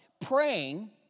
praying